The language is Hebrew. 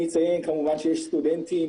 אציין שיש סטודנטים,